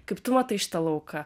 kaip tu matai šitą lauką